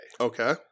Okay